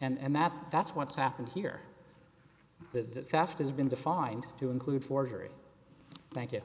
and that that's what's happened here the theft has been defined to include forgery thank you